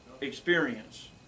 experience